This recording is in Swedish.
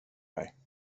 mig